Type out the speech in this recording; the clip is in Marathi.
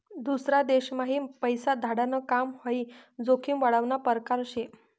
दूसरा देशम्हाई पैसा धाडाण काम हाई जोखीम वाढावना परकार शे